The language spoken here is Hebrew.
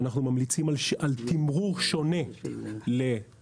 ואנחנו ממליצים על תמרור שונה למקום